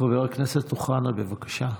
חבר הכנסת אוחנה, בבקשה.